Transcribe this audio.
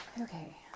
Okay